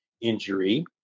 injury